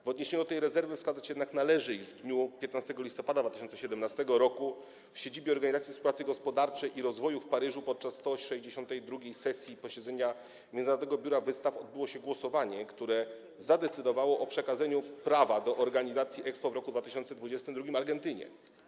W odniesieniu do tej rezerwy wskazać jednak należy, iż w dniu 15 listopada 2017 r. w siedzibie Organizacji Współpracy Gospodarczej i Rozwoju w Paryżu podczas 162. sesji posiedzenia Międzynarodowego Biura Wystaw odbyło się głosowanie, które zadecydowało o przekazaniu prawa do organizacji Expo w roku 2022 Argentynie.